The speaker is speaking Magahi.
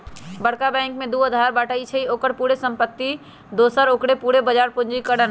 बरका बैंक के दू अधार पर बाटइ छइ, ओकर पूरे संपत्ति दोसर ओकर पूरे बजार पूंजीकरण